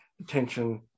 attention